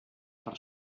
per